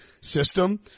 system